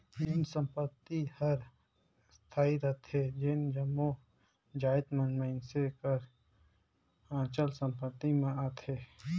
जेन संपत्ति हर अस्थाई रिथे तेन जम्मो जाएत मन मइनसे कर अचल संपत्ति में आथें